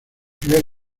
primer